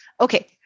okay